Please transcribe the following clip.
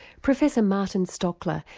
professor martin stockler,